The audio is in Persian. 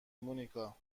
مونیکا